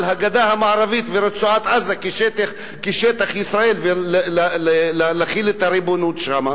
על הגדה המערבית ורצועת-עזה שטח ישראל ומחילה את הריבונות שם?